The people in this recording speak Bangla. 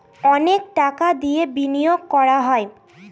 অনেক টাকা দিয়ে বিনিয়োগ করা হয়